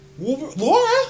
Laura